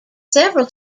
several